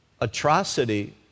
atrocity